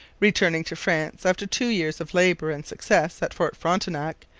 returning to france after two years of labour and success at fort frontenac,